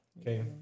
Okay